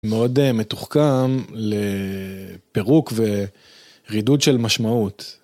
מאוד מתוחכם לפירוק ורידוד של משמעות.